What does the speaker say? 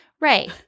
Right